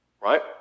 Right